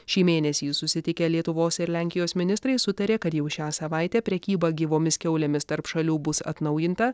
šį mėnesį susitikę lietuvos ir lenkijos ministrai sutarė kad jau šią savaitę prekyba gyvomis kiaulėmis tarp šalių bus atnaujinta